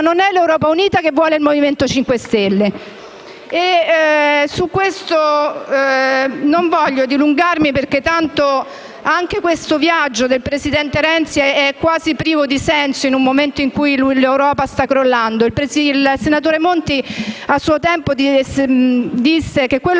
è quella che vuole il Movimento 5 Stelle. Su questo non desidero dilungarmi, perché tanto anche questo viaggio del presidente Renzi è quasi privo di senso nel momento in cui l'Europa sta crollando. Il senatore Monti a suo tempo disse che quello che